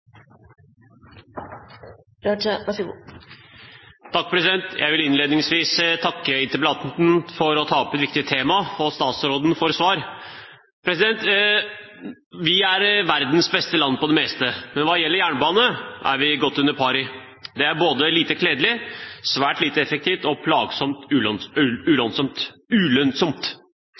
vil innledningsvis takke interpellanten for å ta opp et viktig tema, og statsråden for svar. Vi er verdens beste land på det meste, men hva gjelder jernbane, er vi godt under pari. Det er både lite kledelig, svært lite effektivt og